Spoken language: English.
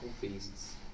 feasts